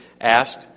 asked